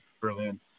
Berlin